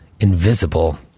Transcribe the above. Invisible